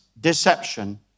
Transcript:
deception